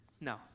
No